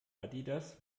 adidas